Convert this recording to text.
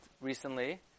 recently